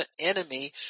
enemy